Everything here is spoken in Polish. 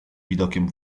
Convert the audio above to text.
widokiem